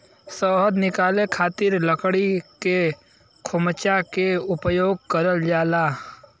शहद निकाले खातिर लकड़ी के खोमचा के उपयोग करल जाला